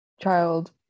child